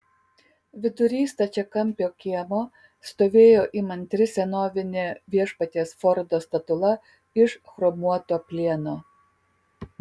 vidury stačiakampio kiemo stovėjo įmantri senovinė viešpaties fordo statula iš chromuoto plieno